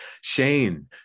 Shane